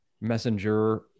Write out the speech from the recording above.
Messenger